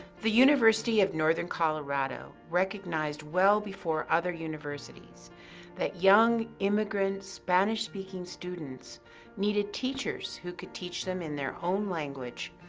the university of northern colorado recognized well before other universities that young immigrant spanish-speaking students needed teachers who could teach them in their own language,